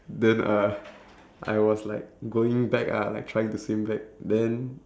then uh I was like going back ah like trying to swim back then